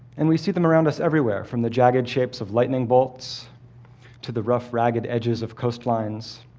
and we see them around us everywhere, from the jagged shapes of lightning bolts to the rough, ragged edges of coastlines.